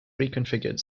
reconfigured